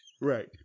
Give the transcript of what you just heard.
Right